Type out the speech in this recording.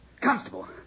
constable